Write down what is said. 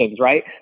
right